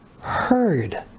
heard